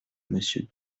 monsieur